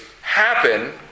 happen